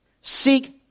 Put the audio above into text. Seek